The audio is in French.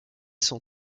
sont